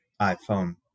iPhone